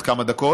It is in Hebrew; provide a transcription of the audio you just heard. עוד כמה דקות.